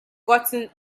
gotten